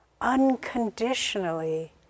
unconditionally